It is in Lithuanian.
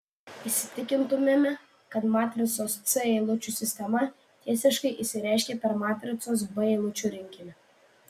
įsitikintumėme kad matricos c eilučių sistema tiesiškai išsireiškia per matricos b eilučių rinkinį